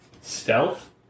stealth